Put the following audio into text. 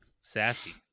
Sassy